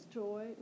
joy